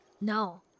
No